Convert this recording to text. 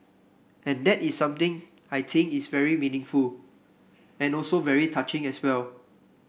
and that is something I think is very meaningful and also very touching as well